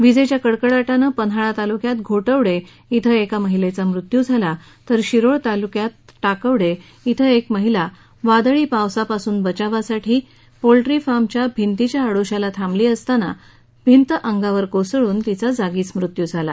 विजेच्या कडकडाटानं पन्हाळा तालुक्यात घोटवडे इथं एका महिलेचा मृत्यू झाला तर शिरोळ तालुक्यात टाकवडे इथं एक महिला वादळी पावसापासून बचावासाठी पोल्ट्रीफार्मच्या भिंतीच्या आडोश्याला थांबली असता भिंत अंगावर कोसळून तिचा जागीच मृत्यू झाला